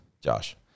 Josh